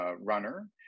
runner